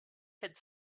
had